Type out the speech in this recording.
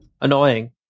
annoying